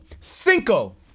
cinco